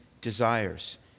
desires